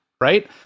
right